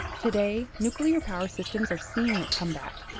today, nuclear power systems are seeing a comeback,